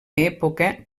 època